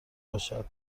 باشد